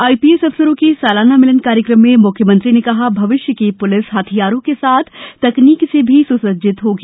IPS अफसरों के सालाना मिलन कार्यक्रम में मुख्यमंत्री ने कहा भविष्य की पुलिस हथियारों की बजाय तकनीकी से सुसज्जित होगी